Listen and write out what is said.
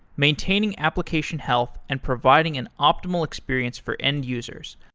maintaining application health, and providing an optimal experience for end users.